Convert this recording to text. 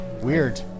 Weird